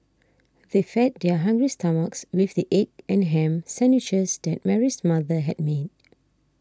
they fed their hungry stomachs with the egg and ham sandwiches that Mary's mother had made